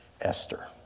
Esther